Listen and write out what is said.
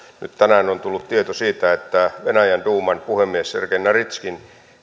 nyt tänään on tullut tieto siitä että venäjän duuman puhemies sergei naryskin